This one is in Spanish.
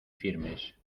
firmes